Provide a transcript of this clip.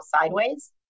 sideways